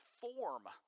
form